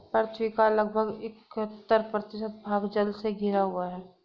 पृथ्वी का लगभग इकहत्तर प्रतिशत भाग जल से घिरा हुआ है